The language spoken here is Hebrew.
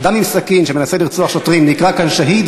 אדם עם סכין שמנסה לרצוח שוטרים נקרא כאן "שהיד",